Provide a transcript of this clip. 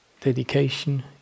dedication